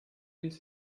ließ